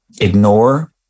ignore